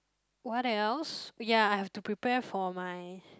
what else ya I have to prepare for my